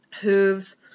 hooves